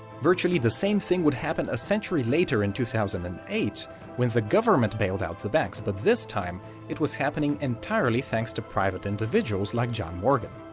virtually the same thing would happen a century later in two thousand and eight when the government bailed out the banks, but this time it was happening entirely thanks to private individuals like john morgan.